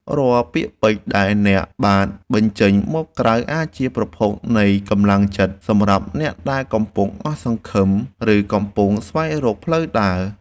រាល់ពាក្យពេចន៍ដែលអ្នកបានបញ្ចេញមកក្រៅអាចជាប្រភពនៃកម្លាំងចិត្តសម្រាប់អ្នកដែលកំពុងអស់សង្ឃឹម ឬកំពុងស្វែងរកផ្លូវដើរ។